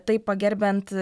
taip pagerbiant